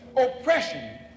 oppression